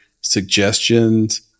suggestions